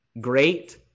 Great